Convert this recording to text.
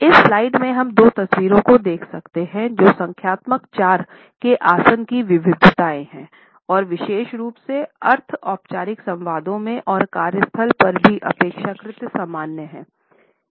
इस स्लाइड में हम दो तस्वीरों को देख सकते हैं जो संख्यात्मक 4 के आसन की विविधताएँ हैं और विशेष रूप से अर्ध औपचारिक संवादों में और कार्यस्थल पर भी अपेक्षाकृत सामान्य हैं